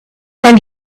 then